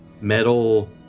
metal